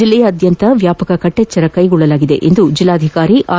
ಜಿಲ್ಲೆಯಾದ್ಯಂತ ವ್ಯಾಪಕ ಕಟ್ಟೆಚ್ಚರ ಕೈಗೊಳ್ಳಲಾಗಿದೆ ಎಂದು ಜಿಲ್ಲಾಧಿಕಾರಿ ಆರ್